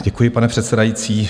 Děkuji, pane předsedající.